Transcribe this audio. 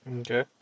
Okay